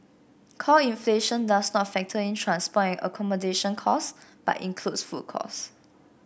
core inflation does not factor in transport and accommodation costs but includes food costs